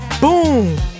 Boom